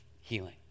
healing